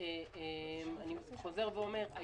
אני חוזר ואומר,